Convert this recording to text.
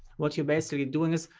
what you're basically doing is,